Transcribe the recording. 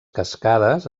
cascades